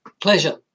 Pleasure